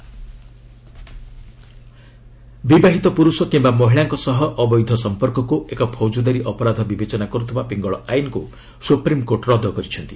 SC adultery ବିବାହିତ ପୁରୁଷ କିମ୍ବା ମହିଳାଙ୍କ ସହ ଅବୈଧ ସଂପର୍କକୁ ଏକ ପୌଜଦାରୀ ଅପରାଧ ବିବେଚନା କରୁଥିବା ପିଙ୍ଗଳ ଆଇନ୍କୁ ସୁପ୍ରିମ୍କୋର୍ଟ ରଦ୍ଦ କରିଛନ୍ତି